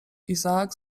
izaak